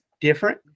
different